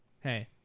Hey